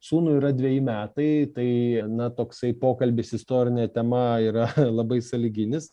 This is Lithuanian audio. sūnui yra dveji metai tai na toksai pokalbis istorine tema yra labai sąlyginis